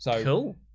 Cool